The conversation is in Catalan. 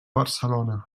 barcelona